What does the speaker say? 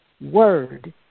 word